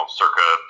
circa